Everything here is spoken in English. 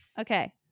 Okay